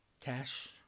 cash